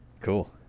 Cool